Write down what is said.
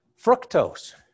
fructose